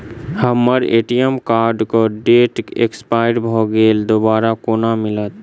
हम्मर ATM card केँ date expire भऽ गेल दोबारा कोना मिलत?